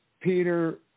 Peter